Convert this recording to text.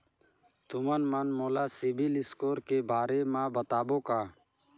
तुमन मन मोला सीबिल स्कोर के बारे म बताबो का?